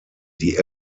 die